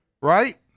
right